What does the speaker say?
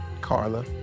Carla